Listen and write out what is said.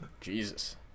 jesus